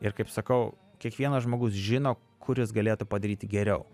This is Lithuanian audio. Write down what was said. ir kaip sakau kiekvienas žmogus žino kur jis galėtų padaryti geriau